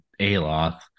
Aloth